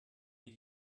die